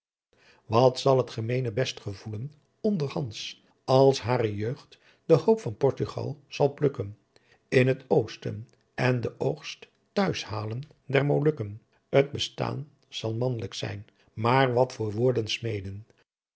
wat zal t gemeene best gevoelen onderftands als hare jeughdt de hoop van portugaal zal plukken in t oosten en den oegst t'huis haalen der molukken t bestaan zal manlyk zijn maar wat voor woorden smeên